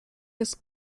jest